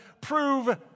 prove